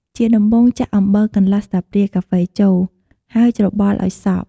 ជាដំបូង ចាក់អំបិលកន្លះស្លាបព្រាកាហ្វេចូល ហើយច្របល់ឱ្យសព្វ។